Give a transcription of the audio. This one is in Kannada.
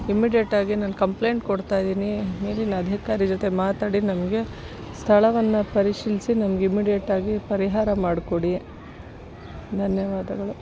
ಇಮಿಡಿಯೇಟಾಗಿ ನಾನು ಕಂಪ್ಲೇಂಟ್ ಕೊಡ್ತಾಯಿದ್ದೀನಿ ಮೇಲಿನ ಅಧಿಕಾರಿ ಜೊತೆ ಮಾತಾಡಿ ನಮಗೆ ಸ್ಥಳವನ್ನು ಪರಿಶೀಲಿಸಿ ನಮಗೆ ಇಮಿಡಿಯೇಟಾಗಿ ಪರಿಹಾರ ಮಾಡಿಕೊಡಿ ಧನ್ಯವಾದಗಳು